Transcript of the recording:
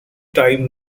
time